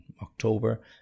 October